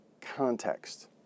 context